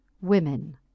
WOMEN